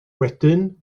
wedyn